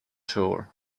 tour